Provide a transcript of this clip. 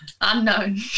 Unknown